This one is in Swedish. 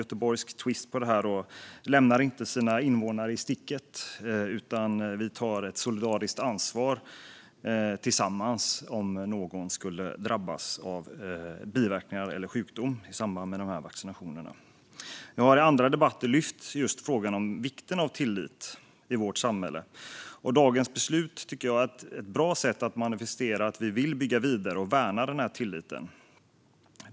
Ett starkt och solidariskt samhälle lämnar inte sina invånare i sticket, utan vi tar solidariskt ansvar tillsammans om någon skulle drabbas av biverkningar eller sjukdom i samband med vaccinationen. Statlig ersättning för personskada orsakad av vaccin mot sjuk-domen covid-19 Jag har i andra debatter lyft fram just frågan om vikten av tillit i vårt samhälle. Dagens beslut tycker jag är ett bra sätt att manifestera att vi vill bygga vidare på och värna den här tilliten.